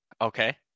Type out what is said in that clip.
Okay